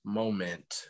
moment